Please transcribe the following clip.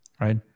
right